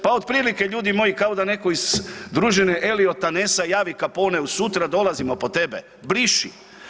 Pa otprilike, ljudi moji, kao da netko iz družine Eliota Nessa javi Caponeu sutra dolazimo po tebe, briši.